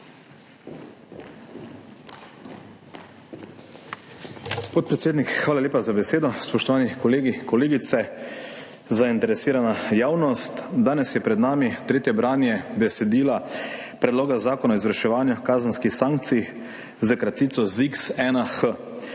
Podpredsednik, hvala lepa za besedo. Spoštovani kolegi, kolegice, zainteresirana javnost! Danes je pred nami tretje branje besedila predloga zakona o izvrševanju kazenskih sankcij s kratico ZIKS-1H.